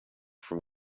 from